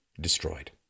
destroyed